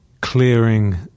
clearing